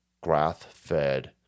grass-fed